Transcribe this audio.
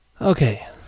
Okay